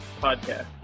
podcast